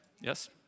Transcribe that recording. Yes